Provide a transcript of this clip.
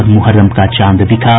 और मुहर्रम का चांद दिखा